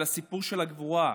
על הסיפור של הגבורה,